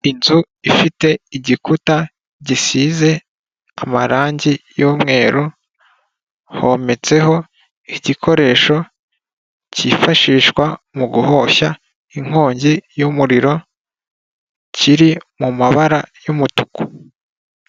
Inzu ifite igikuta gisize amarangi y'umweru hometseho igikoresho kifashishwa mu guhoshya inkongi y'umuriro, kiri mu mabara y'umutuku.